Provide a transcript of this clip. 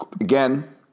again